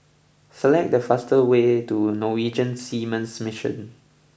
select the fastest way to Norwegian Seamen's Mission